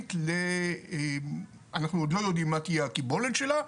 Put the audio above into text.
תכנית שאנחנו עדיין לא יודעים מה תהיה הקיבולת שלה,